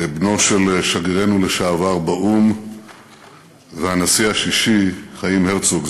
בנו של שגרירנו לשעבר באו"ם והנשיא השישי חיים הרצוג,